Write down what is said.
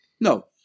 No